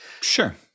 Sure